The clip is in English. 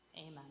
amen